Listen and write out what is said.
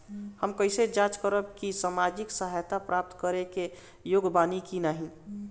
हम कइसे जांच करब कि सामाजिक सहायता प्राप्त करे के योग्य बानी की नाहीं?